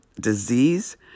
disease